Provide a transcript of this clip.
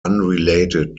unrelated